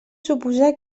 suposar